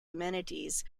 amenities